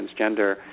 transgender